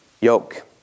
yoke